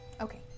Okay